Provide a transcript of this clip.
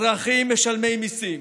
אזרחים משלמי מיסים,